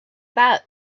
that